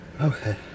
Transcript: Okay